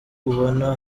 ubona